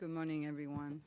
good morning everyone